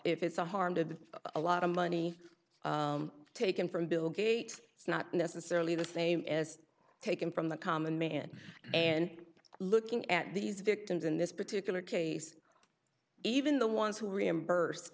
if it's a harm to a lot of money taken from bill gates it's not necessarily the same as taken from the common man and looking at these victims in this particular case even the ones who reimburs